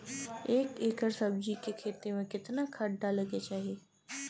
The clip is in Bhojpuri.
एक एकड़ सब्जी के खेती में कितना खाद डाले के चाही?